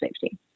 safety